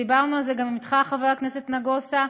דיברנו על זה גם אתך, חבר הכנסת נגוסה,